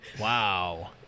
Wow